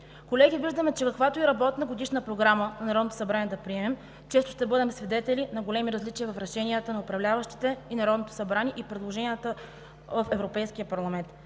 Колеги, виждаме, че каквато и работна Годишна програма в Народното събрание да приемем, често ще бъдем свидетели на големи различия в решенията на управляващите и Народното събрание и предложенията в Европейския парламент.